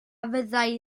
fyddai